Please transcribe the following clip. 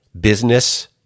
Business